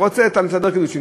הוא רוצה את מסדר הקידושין,